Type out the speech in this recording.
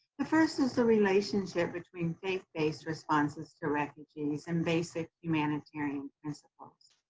the first is the relationship between faith based responses to refugees and basic humanitarian principles.